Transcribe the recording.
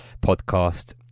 podcast